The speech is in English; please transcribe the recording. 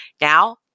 Now